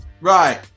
Right